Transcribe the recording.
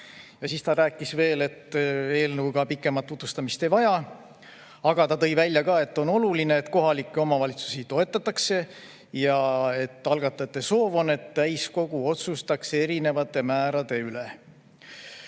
ja siis ta rääkis veel, et eelnõu pikemat tutvustamist ei vaja. Aga ta tõi välja ka, et on oluline, et kohalikke omavalitsusi toetatakse, ja et algatajate soov on, et täiskogu otsustaks erinevate määrade üle.